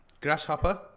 Grasshopper